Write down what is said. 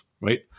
right